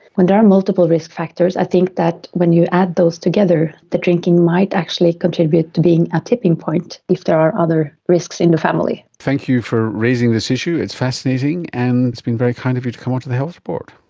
when there are multiple risk factors i think that when you add those together the drinking might actually contribute to being a tipping point if there are other risks in the family. thank you for raising this issue, it's fascinating, and it's been very kind of you to come onto the health report.